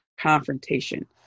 confrontation